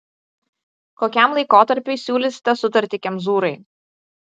kokiam laikotarpiui siūlysite sutartį kemzūrai